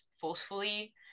forcefully